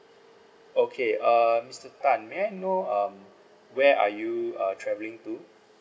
okay uh mister tan may I know um where are you uh traveling to